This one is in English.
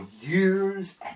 years